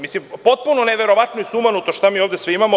Mislim, potpuno neverovatno i sumanuto šta ovde sve imamo.